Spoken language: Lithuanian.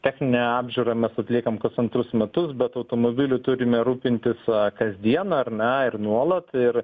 techninę apžiūrą mes atliekam kas antrus metus bet automobiliu turime rūpintis kasdien ar ne ir nuolat ir